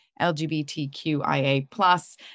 LGBTQIA+